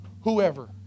whoever